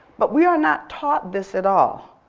but we are not taught this at all.